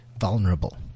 vulnerable